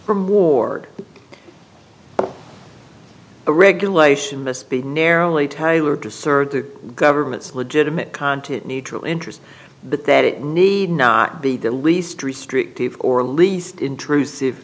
from ward a regulation must be narrowly tailored to third the government's legitimate content neutral interest but that it need not be at least restrictive or least intrusive